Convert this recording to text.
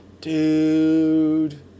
dude